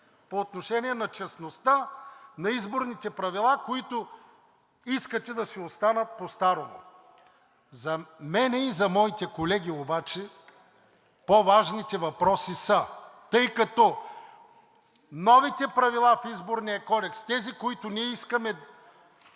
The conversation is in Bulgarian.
по отношение на честността на изборните правила, които искате да си останат постарому. За мен и за моите колеги обаче по-важните въпроси, тъй като новите правила в Изборния кодекс – тези, които ние искаме